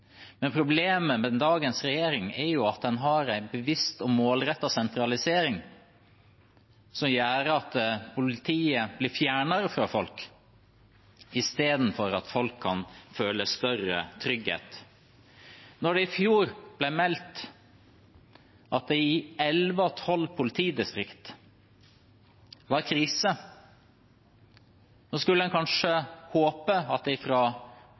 men problemet med dagens regjering er at en har en bevisst og målrettet sentralisering som gjør at politiet blir fjernere fra folk, istedenfor at folk kan føle større trygghet. Da det i fjor ble meldt at det i elleve av tolv politidistrikt var krise, skulle en kanskje håpe at det